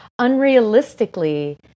unrealistically